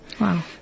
Wow